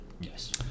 yes